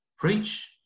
Preach